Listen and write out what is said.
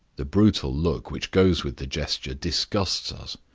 the brutal look which goes with the gesture disgusts us,